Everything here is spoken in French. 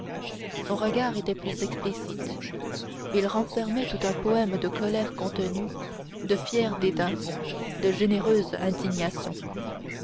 son regard était plus explicite il renfermait tout un poème de colères contenues de fiers dédains de généreuse indignation